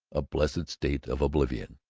a blessed state of oblivion.